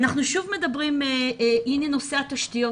אנחנו מדברים בהמלצות גם על נושא התשתיות.